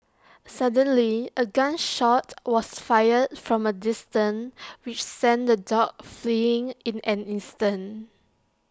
suddenly A gun shot was fired from A distance which sent the dogs fleeing in an instant